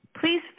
please